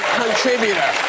contributor